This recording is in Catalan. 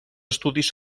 estudis